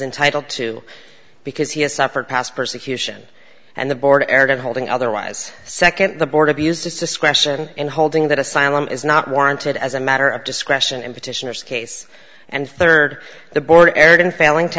entitled to because he has suffered past persecution and the board erred of holding otherwise second the board abused its discretion in holding that asylum is not warranted as a matter of discretion in petitioners case and third the border area in failing to